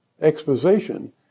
exposition